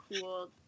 cool